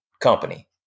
company